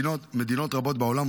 מדינות רבות בעולם,